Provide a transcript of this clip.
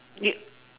you